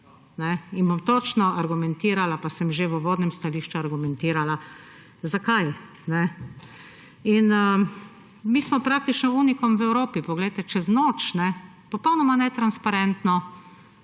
In bom točno argumentirala, pa sem že v uvodnem stališču argumentirala, zakaj. Mi smo praktično unikum v Evropi. Poglejte, čez noč, popolnoma netransparentno,